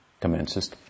commences